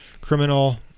criminal